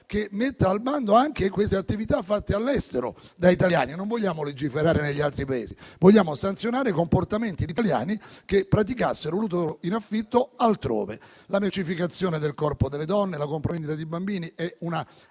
che metta al bando queste attività fatte all'estero da italiani: non vogliamo legiferare negli altri Paesi, ma sanzionare i comportamenti di italiani che ricorressero alla pratica dell'utero in affitto altrove. La mercificazione del corpo delle donne e la compravendita di bambini sono